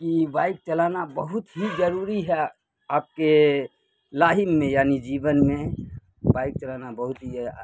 کہ بائک چلانا بہت ہی ضروری ہے آپ کے لاہم میں یعنی جیون میں بائک چلانا بہت ہی